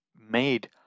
made